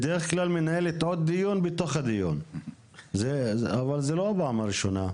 אבל מה אשם קברניט ספינה?